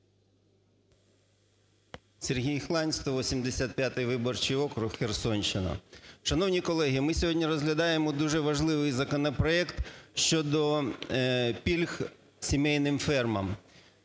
Сергій Хлань, 185 виборчий округ, Херсонщина. Шановні колеги, ми сьогодні розглядаємо дуже важливий законопроект щодо пільг сімейним фермам.